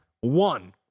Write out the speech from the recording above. one